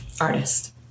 Artist